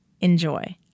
Enjoy